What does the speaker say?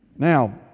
Now